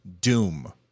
Doom